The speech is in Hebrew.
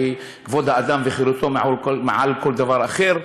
וכבוד האדם וחירותו מעל כל דבר אחר,